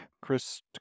Chris